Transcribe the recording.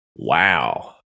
wow